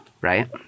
right